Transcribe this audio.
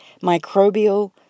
microbial